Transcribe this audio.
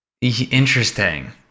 Interesting